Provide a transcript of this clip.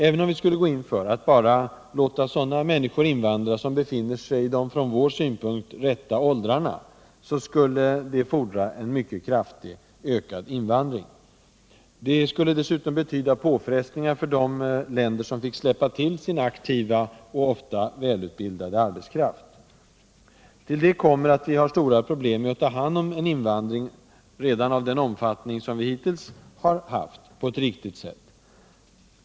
Även om vi skulle gå in för att bara låta sådana människor invandra som befinner sig i de från vår synpunkt ”rätta” åldrarna, så skulle det fordra en mycket kraftigt ökad invandring. Det skulle dessutom betyda påfrestningar för de länder som fick släppa till sin aktiva och ofta välutbildade arbetskraft. Till detta kommer att vi har stora problem att ta hand om en invandring redan av den omfattning som vi hittills har haft på ett riktigt sätt.